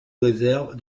réserve